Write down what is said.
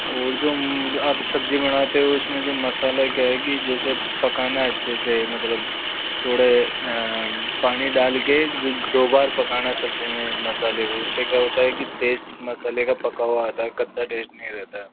और जो आप सब्ज़ी बनाते हो उसमें जो मसाला क्या है कि जैसे पकाना अच्छे से मतलब थोड़े पानी डाल के जो दो बार पकाना है सब्ज़ी में मसाले को उससे क्या होता है कि टैस्ट मसाले का पका हुआ आता है कच्चा टैस्ट नहीं रहता है